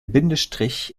bindestrich